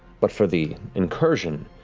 but for the incursion,